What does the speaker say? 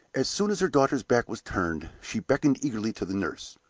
as soon as her daughter's back was turned, she beckoned eagerly to the nurse.